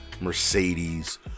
Mercedes